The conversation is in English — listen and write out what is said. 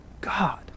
God